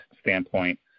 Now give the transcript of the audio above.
standpoint